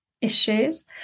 issues